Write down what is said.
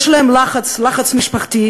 יש עליהם לחץ, לחץ משפחתי,